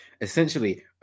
Essentially